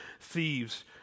thieves